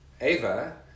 Ava